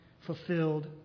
fulfilled